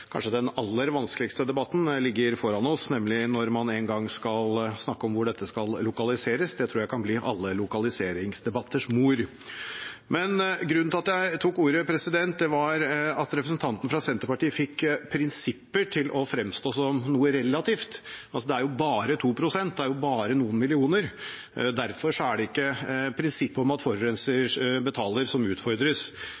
kanskje aller vanskeligste debatten ligger foran oss, nemlig når man en gang skal snakke om hvor dette skal lokaliseres. Det tror jeg kan bli alle lokaliseringsdebatters mor. Grunnen til at jeg tok ordet, var at representanten fra Senterpartiet fikk prinsipper til å fremstå som noe relativt – det er jo bare 2 pst., det er bare noen millioner og derfor er det ikke prinsippet om at forurenser